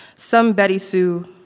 some betty sue,